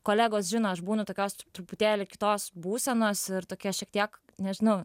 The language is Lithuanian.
kolegos žino aš būnu tokios truputėlį kitos būsenos ir tokia šiek tiek nežinau